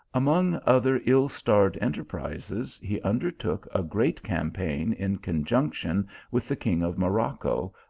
among other ill starred enterprizes, he undertook a great campaign in conjunction with the king of morocco,